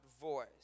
voice